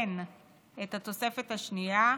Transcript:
לתקן את התוספת השנייה,